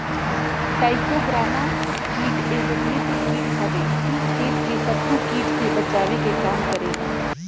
trichogramma कीट एगो मित्र कीट हवे इ खेत के शत्रु कीट से बचावे के काम करेला